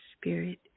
spirit